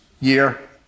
year